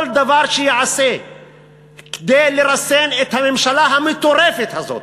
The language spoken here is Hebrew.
כל דבר שייעשה כדי לרסן את הממשלה המטורפת הזאת,